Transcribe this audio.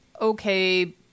okay